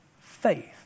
faith